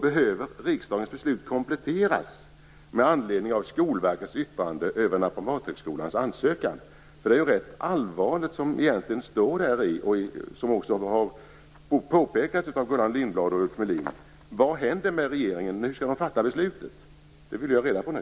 Behöver riksdagens beslut kompletteras med anledning av Skolverkets yttrande över Naprapathögskolans ansökan? Det som står där är ju egentligen ganska allvarligt. Det har också påpekats av Gullan Lindblad och Ulf Melin. Vad händer med regeringen? Nu skall den fatta beslutet. Det vill vi ha reda på nu.